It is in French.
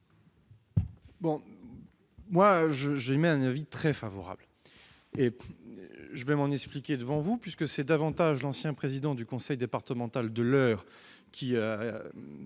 ? J'émets moi un avis très favorable, et je vais m'en expliquer devant vous. C'est davantage l'ancien président du conseil départemental de l'Eure qui